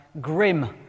grim